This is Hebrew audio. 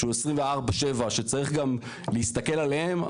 שהוא 24/7 שצריך גם להסתכל עליהם.